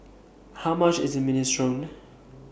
How much IS Minestrone